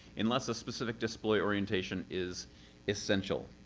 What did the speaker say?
unless a specific display orientation is essential.